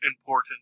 important